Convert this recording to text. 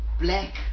black